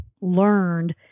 learned